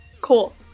Cool